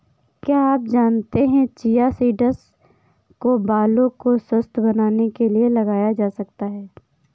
क्या आप जानते है चिया सीड्स को बालों को स्वस्थ्य बनाने के लिए लगाया जा सकता है?